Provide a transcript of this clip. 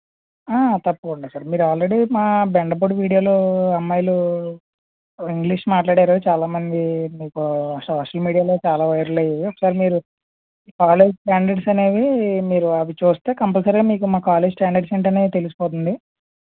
తప్పకుండా సార్ మీరు ఆల్రెడీ మా బెండపూడి వీడియోలో అమ్మాయిలు ఇంగ్లీష్ మాట్లాడారు చాలామంది మీకు సోషల్ మీడియాలో చాలా వైరల్ అయ్యాయి ఒకసారి మీరు కాలేజ్ స్టాండెర్డ్స్ అనేవి మీరు అవి చూస్తే కంపల్సరిగా మీకు మా కాలేజ్ స్టాండెర్డ్స్ ఏంటి ఉన్నాయో తెలిసిపోతుంది